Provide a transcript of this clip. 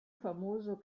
famoso